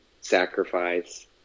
sacrifice